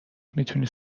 میتونی